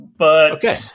Okay